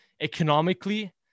economically